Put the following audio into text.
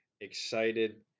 excited